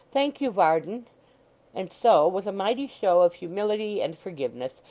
thank you, varden and so, with a mighty show of humility and forgiveness,